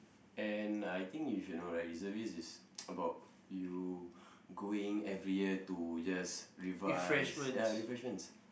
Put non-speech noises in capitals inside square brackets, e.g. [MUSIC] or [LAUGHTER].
and I think you should know right reservist is [NOISE] about you going every year to just revise ya refreshments